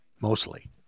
mostly